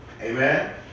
Amen